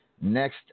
Next